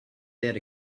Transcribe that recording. that